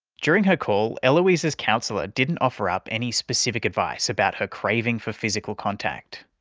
during her call, eloise's counsellor didn't offer up any specific advice about her craving for physical contact,